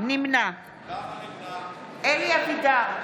נמנע אלי אבידר,